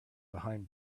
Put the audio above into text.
behind